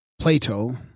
Plato